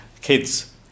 kids